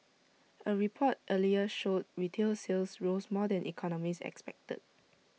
A report earlier showed retail sales rose more than economists expected